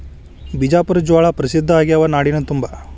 ಬಿಜಾಪುರ ಜ್ವಾಳಾ ಪ್ರಸಿದ್ಧ ಆಗ್ಯಾವ ನಾಡಿನ ತುಂಬಾ